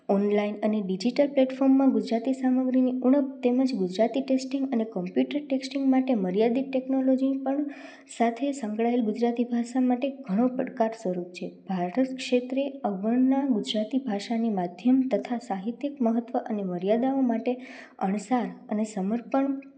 online અને digital પ્લેટફોર્મમાં ગુજરાતી સામગ્રીની ઉણપ તેમ જ ગુજરાતી ટેક્સ્ટિંગ અને કોંપ્યુટર ટેક્સ્ટિંગ માટે મર્યાદિત ટેકનોલોજી પણ સાથે સંકળાએલ ગુજરાતી ભાષા માટે ઘણો પડકાર સ્વરૂપ છે ભારત ક્ષેત્રે અગણના ગુજરાતી ભાષાની માધ્યમ તથા સાહિત્યિક મહત્ત્વ અને મર્યાદાઓ માટે અણસાર અને સમર્પણ